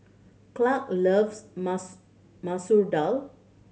Clarke loves Masoor Masoor Dal